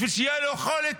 בשביל שתהיה לו יכולת